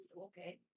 Okay